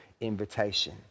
invitation